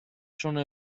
sono